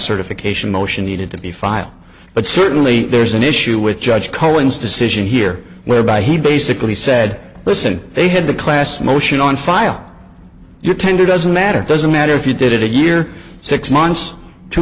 certification motion needed to be filed but certainly there's an issue with judge cohen's decision here whereby he basically said listen they had the class motion on file you tender doesn't matter doesn't matter if you did it a year six months two